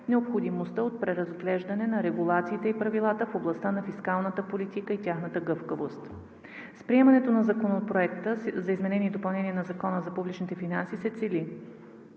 необходимостта от преразглеждане на регулациите и правилата в областта на фискалната политика и тяхната гъвкавост. С приемането на Законопроекта за изменение и допълнение на Закона за публичните финанси се цели: